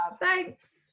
Thanks